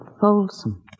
Folsom